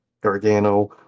Gargano